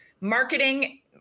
marketing